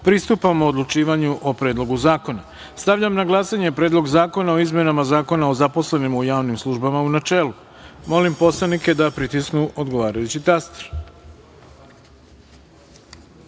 pristupamo odlučivanju o Predlogu zakona. Stavljam na glasanje Predlog zakona o izmenama Zakona o zaposlenima u javnim službama u načelu. Molim poslanike da pritisnu odgovarajući